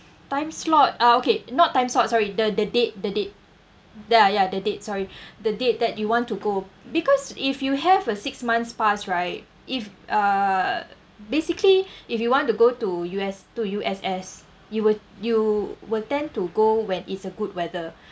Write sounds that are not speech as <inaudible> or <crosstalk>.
time slot uh okay not time slot sorry the the date the date ya ya the date sorry <breath> the date that you want to go because if you have a six months pass right if uh basically if you want to go to U_S to U_S_S you will you will tend to go when it's a good weather